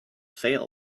fail